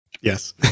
Yes